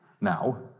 Now